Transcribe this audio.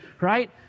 right